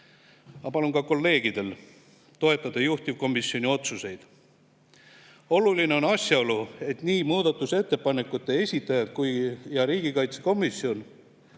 Ma palun ka kolleegidel toetada juhtivkomisjoni otsuseid. Oluline on asjaolu, et nii muudatusettepanekute esitajad kui ka riigikaitsekomisjon